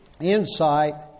insight